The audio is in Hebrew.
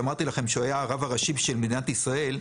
שאמרתי לכם שהוא היה הרב הראשי של מדינת ישראל.